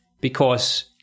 because-